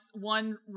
one